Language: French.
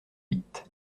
huit